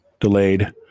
delayed